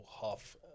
half